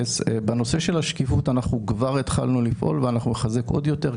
בנושא של השקיפות אנחנו כבר התחלנו לפעול ואנחנו נחזק עוד יותר.